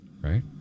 Right